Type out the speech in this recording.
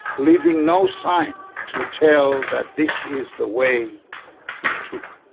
leaving no sign to tell that this is the way he took,